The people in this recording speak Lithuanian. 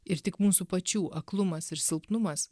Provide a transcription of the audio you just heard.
ir tik mūsų pačių aklumas ir silpnumas